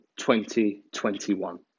2021